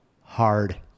hard